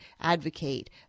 advocate